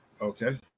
Okay